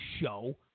show